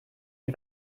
die